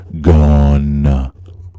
gone